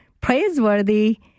praiseworthy